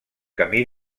camí